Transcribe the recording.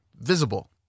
visible